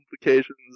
implications